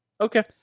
Okay